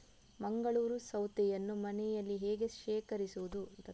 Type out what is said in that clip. ಮಂಗಳೂರು ಸೌತೆಯನ್ನು ಮನೆಯಲ್ಲಿ ಹೇಗೆ ಶೇಖರಿಸುವುದು?